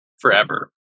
forever